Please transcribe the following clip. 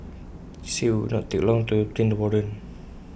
she said IT would not take long to obtain the warrant